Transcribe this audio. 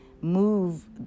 move